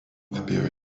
apie